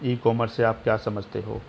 ई commerce से आप क्या समझते हो?